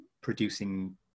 Producing